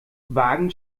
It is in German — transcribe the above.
wagen